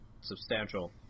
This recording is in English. substantial